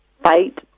fight